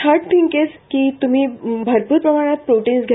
third thing is की त्म्ही भरपूर प्रमाणात प्रोटिन्स घ्या